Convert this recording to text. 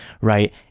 right